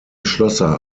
schlosser